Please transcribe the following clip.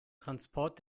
transport